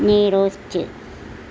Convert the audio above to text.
നെയ്റോസ്റ്റ്